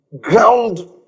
ground